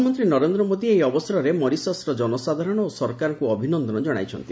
ପ୍ରଧାନମନ୍ତ୍ରୀ ନରେନ୍ଦ୍ର ମୋଦୀ ଏହି ଅବସରରେ ମରିସସ୍ର ଜନସାଧାରଣ ଓ ସରକାରଙ୍କୁ ଅଭିନନ୍ଦନ ଜଣାଇଛନ୍ତି